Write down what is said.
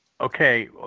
okay